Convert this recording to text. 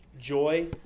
joy